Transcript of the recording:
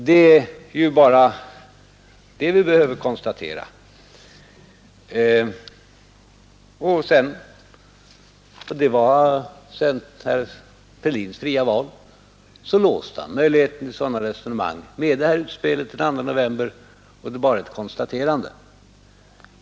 Herr Fälldin hade sitt fria val. Sedan låste han möjligheten till sådana resonemang med det här utspelet den 2 november. Det är bara det konstaterande vi behöver göra.